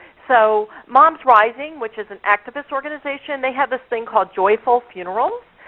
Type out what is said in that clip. so, moms rising which is an activist organization, they have this thing called joyful funerals.